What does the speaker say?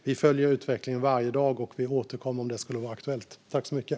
Vi följer utvecklingen varje dag och återkommer om det blir aktuellt.